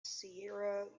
sierra